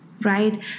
Right